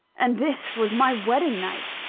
and this was my wedding-night!